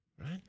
right